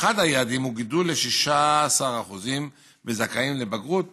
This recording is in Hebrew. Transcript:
אחד היעדים הוא גידול ל-16% בזכאים לבגרות